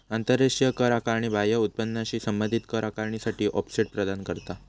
आंतराष्ट्रीय कर आकारणी बाह्य उत्पन्नाशी संबंधित कर आकारणीसाठी ऑफसेट प्रदान करता